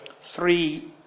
three